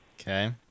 Okay